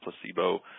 placebo